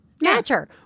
matter